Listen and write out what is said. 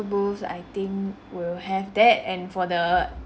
booths I think we'll have that and for the